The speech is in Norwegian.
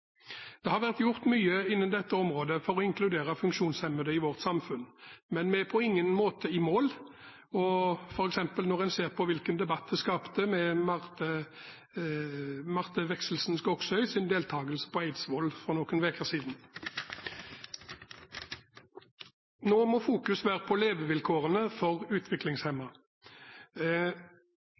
Det har vært gjort mye på dette området for å inkludere funksjonshemmede i vårt samfunn, men vi er på ingen måte i mål. Vi så f.eks. hvilken debatt Marte Wexelsen Goksøyrs deltakelse på Eidsvoll skapte for noen uker siden. Nå må vi fokusere på levevilkårene for